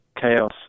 chaos